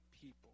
people